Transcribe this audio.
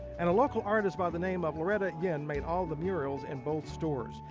and a local artisit by the name of loretta yin made all of the murals in both stores.